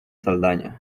saldaña